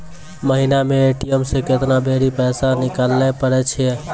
महिना मे ए.टी.एम से केतना बेरी पैसा निकालैल पारै छिये